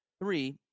Three